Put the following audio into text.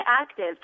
active